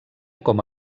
com